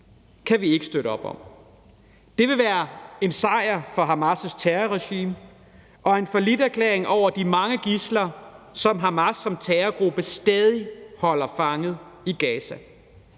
kan vi ikke støtte op om. Det ville være en sejr for Hamas' terrorregime og en falliterklæring i forhold til de mange gidsler, som Hamas som terrorgruppe stadig holder fanget i Gaza.